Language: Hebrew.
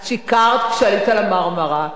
את שיקרת כשהיית על ה"מרמרה",